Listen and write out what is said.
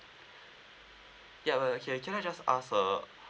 ya well well okay can I just ask uh